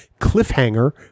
CLIFFHANGER